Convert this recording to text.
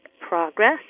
progress